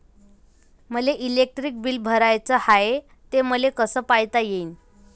मले electric bill भराचं हाय, ते मले कस पायता येईन?